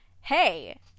Hey